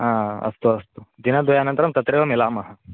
हा अस्तु अस्तु दिनद्वयानन्तरं तत्रैव मिलामः